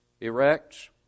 erects